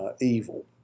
evil